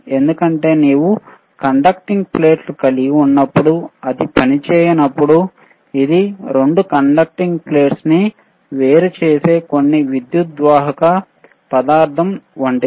ఎందుకంటే నీవు conducting plate కలిగి ఉన్నప్పుడు అది పనిచేయనప్పుడు ఇది 2 కండక్టింగ్ ప్లేట్లు నీ వేరుచేసే కొన్ని విద్యుద్వాహక పదార్థం వంటిది